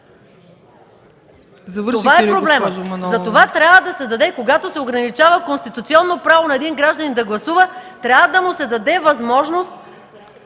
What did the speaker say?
Това е проблемът. Затова, когато се ограничава конституционно право на един гражданин да гласува, трябва да му се даде възможност